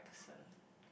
person